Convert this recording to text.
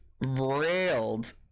railed